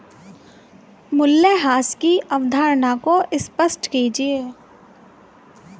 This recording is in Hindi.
मूल्यह्रास की अवधारणा को स्पष्ट कीजिए